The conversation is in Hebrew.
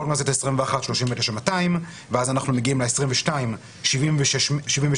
בכנסת ה-21 39,200 ואז אנחנו מגיעים לכנסת ה-22 76,100,